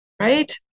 right